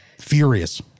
Furious